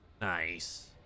nice